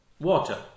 Water